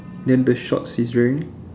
then the shorts he's wearing